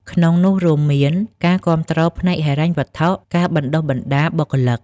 ក្នុងនោះ រួមមានការគាំទ្រផ្នែកហិរញ្ញវត្ថុ ការបណ្តុះបណ្តាលបុគ្គលិក។